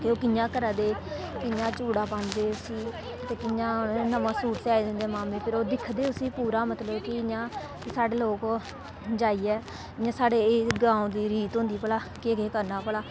एह् कियां करा दे कियां चूड़ा पांदे कियां नमां सूट सेआई दिंदे मामे फिर ओह् दिखदे उसी पूरा मतलब कि ओह् कियां साढ़े लोक ओह जाइयै जियां साढ़े गांव दी रीत होंदी भला केह् केह् करना भला